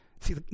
See